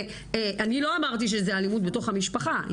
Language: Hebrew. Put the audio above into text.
אני לא אמרתי שזו אלימות בתוך המשפחה.